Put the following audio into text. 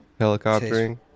helicoptering